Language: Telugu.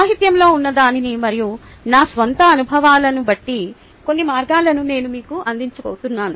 సాహిత్యంలో ఉన్నదానిని మరియు నా స్వంత అనుభవాలను బట్టి కొన్ని మార్గాలను నేను మీకు అందించబోతున్నాను